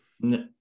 No